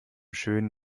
schönen